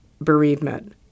bereavement